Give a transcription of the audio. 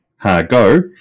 Ha-Go